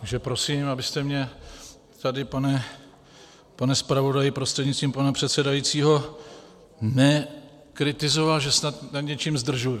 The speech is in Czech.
Takže prosím, abyste mě tady, pane zpravodaji prostřednictvím pana předsedajícího nekritizoval, že snad něčím zdržuji.